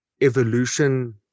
evolution